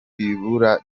ibura